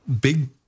big